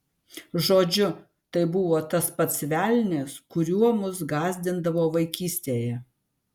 žodžiu tai buvo tas pats velnias kuriuo mus gąsdindavo vaikystėje